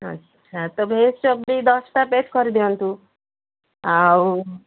ଆଚ୍ଛା ତ veg chop ବି ଦଶଟା ପ୍ୟାକ୍ କରିଦିଅନ୍ତୁ ଆଉ